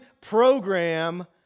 program